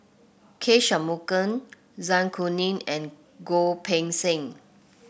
K Shanmugam Zai Kuning and Goh Poh Seng